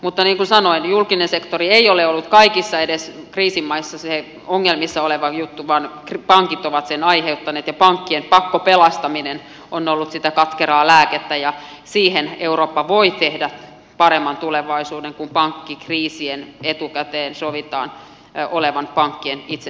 mutta niin kuin sanoin julkinen sektori ei ole ollut edes kaikissa kriisimaissa se ongelmissa oleva juttu vaan pankit ovat ongelmat aiheuttaneet ja pankkien pakkopelastaminen on ollut sitä katkeraa lääkettä ja siihen eurooppa voi tehdä paremman tulevaisuuden kun pankkikriisien etukäteen sovitaan olevan pankkien itse